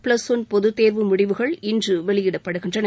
plus one பொதுத்தேர்வு முடிவுகள் இன்று வெளியிடப்படுகின்றன